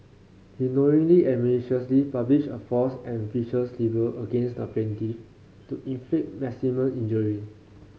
he knowingly and maliciously published a false and vicious libel against the plaintiff to inflict maximum injury